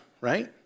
right